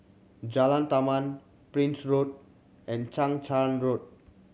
Jalan Taman Prince Road and Chang Charn Road